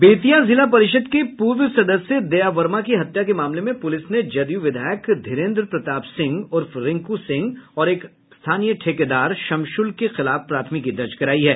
बेतिया जिला परिषद् के पूर्व सदस्य दया वर्मा की हत्या के मामले में पुलिस ने जदयू विधायक धीरेन्द्र प्रताप सिंह उर्फ रिंकू सिंह और एक स्थानीय ठेकेदार शमशुल के खिलाफ प्राथमिकी दर्ज करायी है